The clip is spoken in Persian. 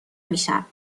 میشم